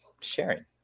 sharing